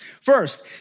first